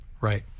right